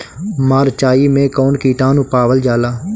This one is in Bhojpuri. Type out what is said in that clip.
मारचाई मे कौन किटानु पावल जाला?